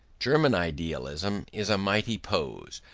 german idealism is a mighty pose,